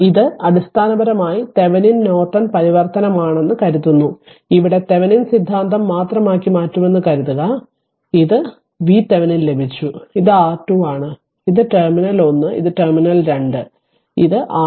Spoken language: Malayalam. ഇത് അടിസ്ഥാനപരമായി തെവെനിൻ നോർട്ടൺ പരിവർത്തനമാണെന്ന് കരുതുന്നു ഇവിടെ തെവെനിൻ സിദ്ധാന്തം മാത്രമാക്കി മാറ്റുന്നുവെന്ന് കരുതുക ഇത് r VThevenin ലഭിച്ചു ഇത് r R2 ആണ് ഇത് ടെർമിനൽ ഒന്ന് ഇത് ടെർമിനൽ 2 ആണ് ഇത് r R2